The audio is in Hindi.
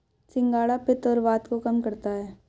सिंघाड़ा पित्त और वात को कम करता है